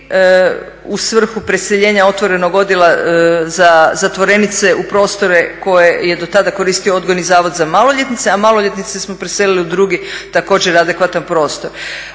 u svrhu preseljenja otvorenog odjela za zatvorenice u prostore koje je do tada koristio odgojni zavod za maloljetnice a maloljetnice smo preselili u drugi također adekvatan prostor.